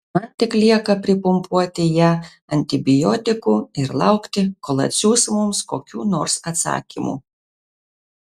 man tik lieka pripumpuoti ją antibiotikų ir laukti kol atsiųs mums kokių nors atsakymų